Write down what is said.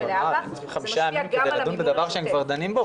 צריך חמישה ימים כדי לדון בדבר שהם כבר דנים בו?